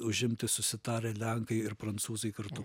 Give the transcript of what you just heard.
užimti susitarę lenkai ir prancūzai kartu